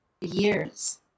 years